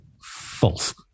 false